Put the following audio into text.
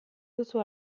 duzu